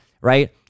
Right